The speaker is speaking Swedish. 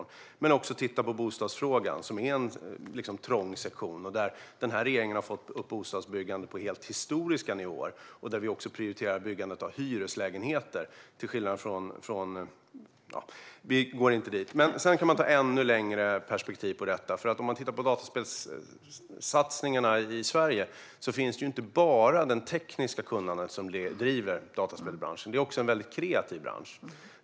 Det handlar också om att titta på bostadsfrågan, som är en trång sektion. Denna regering har fått upp bostadsbyggandet på helt historiska nivåer, och vi prioriterar också byggandet av hyreslägenheter. Vi kan ta ett ännu längre perspektiv. Det är inte bara det tekniska kunnandet som driver dataspelsbranschen. Det är också en väldigt kreativ bransch.